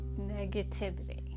negativity